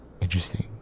Interesting